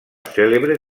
cèlebre